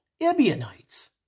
Ebionites